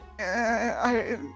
I-